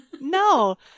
No